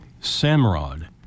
Samrod